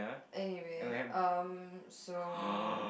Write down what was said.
anyway um so